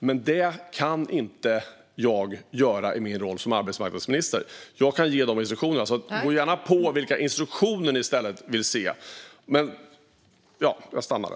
Detta kan jag inte göra i min roll som arbetsmarknadsminister, men jag kan ge instruktionerna. Säg gärna vilka instruktioner ni vill se!